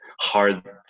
hard